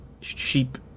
sheep